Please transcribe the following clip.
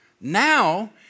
Now